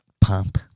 pump